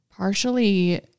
Partially